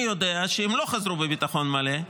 אני יודע שהם לא חזרו בביטחון מלא,